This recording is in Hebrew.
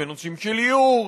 בנושאים של ייעור,